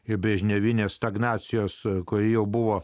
ir brežnevinės stagnacijos sueigoje jau buvo